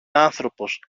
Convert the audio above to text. άνθρωπος